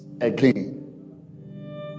again